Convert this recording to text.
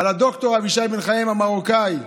על ד"ר אבישי בן-חיים המרוקאי.